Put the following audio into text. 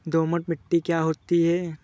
दोमट मिट्टी क्या होती हैं?